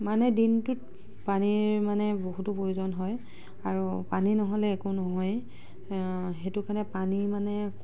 মানে দিনটোত পানীৰ মানে বহুতো প্ৰয়োজন হয় আৰু পানী নহ'লে একো নহয় সেইটো কাৰণে পানী মানে